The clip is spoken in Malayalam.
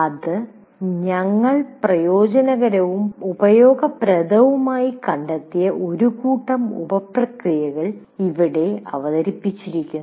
അത് ഞങ്ങൾ പ്രയോജനകരവും ഉപയോഗപ്രദവുമായി കണ്ടെത്തിയ ഒരു കൂട്ടം ഉപപ്രക്രിയകൾ ഇവിടെ അവതരിപ്പിച്ചിരിക്കുന്നു